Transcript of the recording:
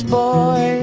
boy